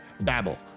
babble